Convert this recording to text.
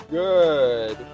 good